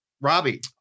Robbie